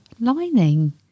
lining